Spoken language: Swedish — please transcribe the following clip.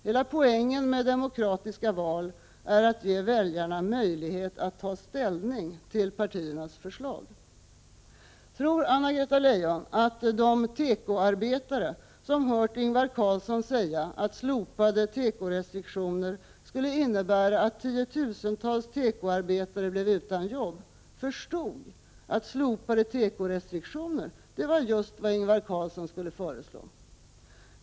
Hela poängen med demokratiska val är att ge väljarna möjlighet att ta ställning till partiernas förslag. Tror Anna-Greta Leijon att de tekoarbetare som hört Ingvar Carlsson säga att slopade tekorestriktioner skulle innebära att tiotusentals tekoarbetare blev utan jobb, förstod att slopade tekorestriktioner var just vad Ingvar Carlsson skulle föreslå?